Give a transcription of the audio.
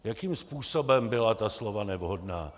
Jakým způsobem byla ta slova nevhodná?